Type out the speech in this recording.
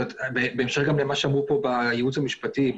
בהמשך למה שאמרו פה בייעוץ המשפטי,